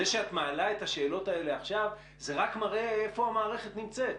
זה שאת מעלה את השאלות האלה עכשיו זה רק מראה איפה המערכת נמצאת,